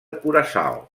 curaçao